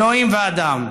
אלוהים ואדם.